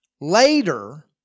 later